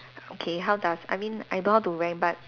okay how does I mean I don't know how to rank but